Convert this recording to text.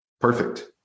perfect